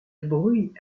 bruit